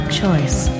choice